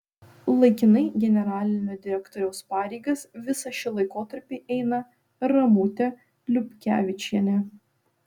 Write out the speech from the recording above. laikinai generalinio direktoriaus pareigas visą šį laikotarpį eina ramutė liupkevičienė